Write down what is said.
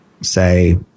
say